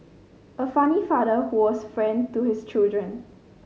a funny father who was a friend to his children